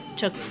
Took